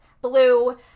blue